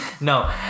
no